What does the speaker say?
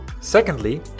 Secondly